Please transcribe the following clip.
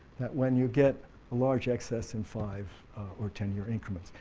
that when you get a large excess in five or ten year increments.